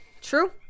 True